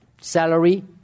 Salary